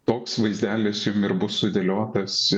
toks vaizdelis jum ir bus sudėliotas